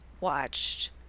watched